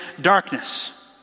darkness